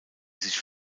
sich